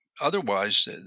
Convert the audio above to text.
otherwise